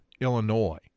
Illinois